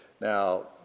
Now